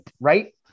right